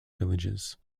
villages